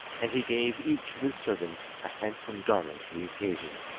and he gave each of his servants a handsome garment for the occasion.